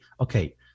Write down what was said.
okay